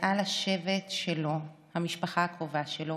מעל השבט שלו, המשפחה הקרובה שלו,